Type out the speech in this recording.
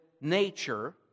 nature